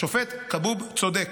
השופט כבוב צודק,